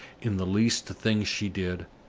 in the least thing she did,